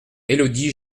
élodie